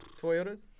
Toyotas